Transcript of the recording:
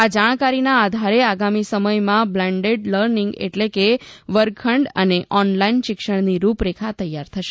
આ જાણકારીના આધારે આગામી સમયમાં બ્લેન્ડેડ લર્નિંગ એટલે કે વર્ગખંડ અને ઓનલાઇન શિક્ષણની રૃપરેખા તૈયાર થશે